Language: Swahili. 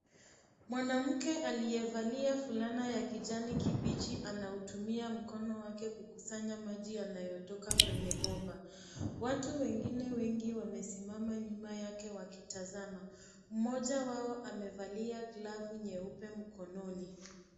Mwanamke aliyevalia fulana ya kijani kibichi anatumia mkono wake kukusanya maji yaliyotoka kwenye bomba. Watu wengine wengi wamesimama nyuma yake, wakitazama. Mmoja wao amevalia glavu nyeupe mkononi.